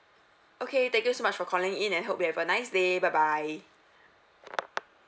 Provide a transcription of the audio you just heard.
okay thank you so much for calling in and hope you have a nice day bye bye